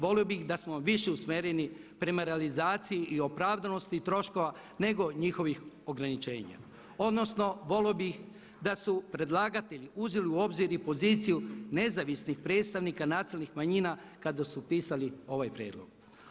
Volio bih da smo više usmjereni prema realizaciji i opravdanosti troškova nego njihovih ograničenja, odnosno volio bih da su predlagatelji uzeli u obzir i poziciju nezavisnih predstavnika nacionalnih manjina kada su pisali ovaj prijedlog.